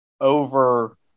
over